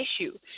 issue